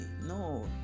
No